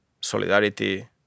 solidarity